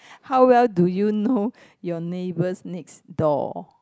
how well do you know your neighbours next door